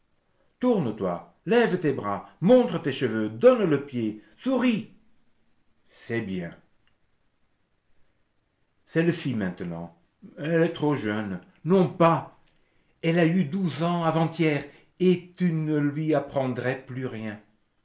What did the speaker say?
tourne toi lève les bras montre tes cheveux donne le pied souris c'est bien celle-ci maintenant elle est trop jeune non pas elle a eu douze ans avant-hier et tu ne lui apprendrais plus rien